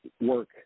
work